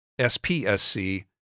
SPSC